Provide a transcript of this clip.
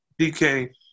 DK